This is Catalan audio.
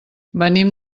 venim